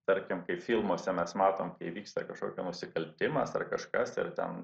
tarkim kai filmuose mes matom kai įvyksta kažkokia nusikaltimas ar kažkas ir ten